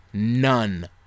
none